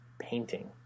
painting